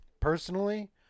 Personally